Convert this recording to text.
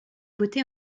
coté